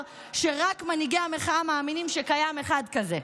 שרק מנהיגי המחאה מאמינים שקיים אחד כזה.